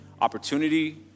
opportunity